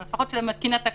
לפחות של מתקין התקנות,